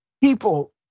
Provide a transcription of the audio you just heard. People